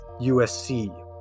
USC